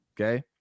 okay